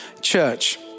church